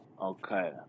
Okay